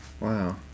Wow